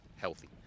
healthy